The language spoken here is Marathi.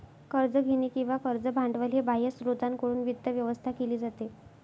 कर्ज घेणे किंवा कर्ज भांडवल हे बाह्य स्त्रोतांकडून वित्त व्यवस्था केली जाते